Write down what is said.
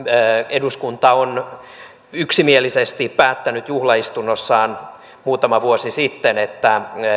eduskunta on yksimielisesti päättänyt juhlaistunnossaan muutama vuosi sitten että